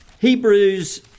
Hebrews